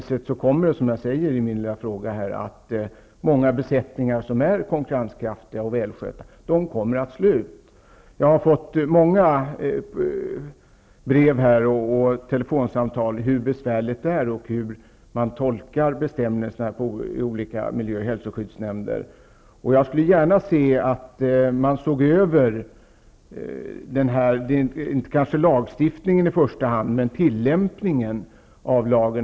Som det framgår av min fråga kommer många besättningar som nu är konkurrenskraftiga och välskötta att slås ut. Jag har fått många brev och telefonsamtal om hur besvärlig situationen är. Bestämmelserna tolkas olika i miljö och hälsoskyddsnämnder osv. Jag skulle gärna vilja att tillämpningen av lagstiftningen ses över.